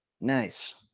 Nice